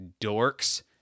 dorks